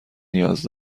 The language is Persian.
نیاز